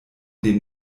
den